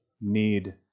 need